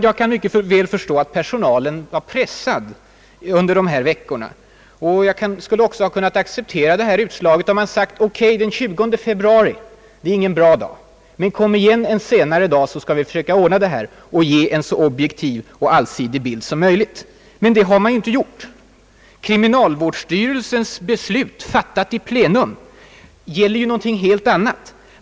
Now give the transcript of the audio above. Jag kan mycket väl förstå att personalen var pressad under dessa veckor, och jag skulle mycket väl kunnat acceptera kriminal å fångvårdsanstalt vårdsstyrelsens utslag om man sagt: O.K. — den 20 februari är ingen bra dag, men kom igen en senare dag så skall vi försöka ordna det här och ge en så objektiv och allsidig bild som möjligt. Det har man inte gjort. Kriminalvårdsstyrelsens beslut, fattat i plenum, gäller ju något helt annat.